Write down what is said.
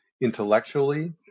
intellectually